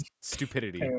stupidity